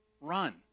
run